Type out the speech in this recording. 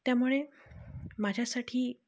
त्यामुळे माझ्यासाठी